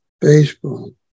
baseball